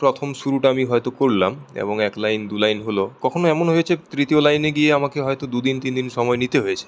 প্রথম শুরুটা হয়ত আমি করলাম এবং এক লাইন দু লাইন হল কখনও এমন হয়েছে তৃতীয় লাইনে গিয়ে আমাকে হয়ত দু দিন তিনদিন সময় নিতে হয়েছে